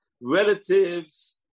relatives